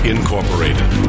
Incorporated